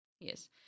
Yes